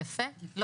מה